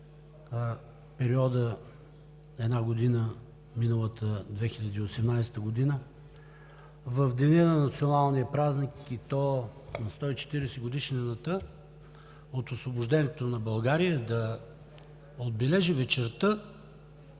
периода на миналата 2018 г., в деня на националния празник, и то на 140 годишнината от Освобождението на България, да отбележи вечерта